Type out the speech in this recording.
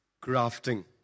grafting